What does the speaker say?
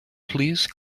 please